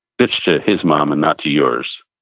bitch to his mom and not to yours,